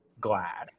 glad